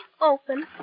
open